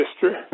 history